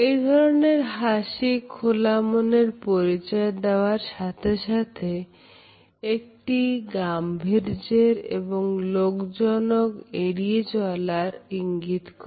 এই ধরনের হাসি খোলা মনের পরিচয় দেওয়ার সাথে সাথে একটি গাম্ভীর্যের এবং লোকজনকে এড়িয়ে চলার ইঙ্গিত করে